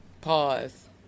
Pause